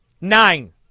nine